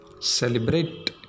celebrate